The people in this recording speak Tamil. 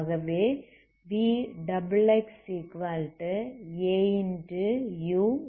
ஆகவே vxxauxx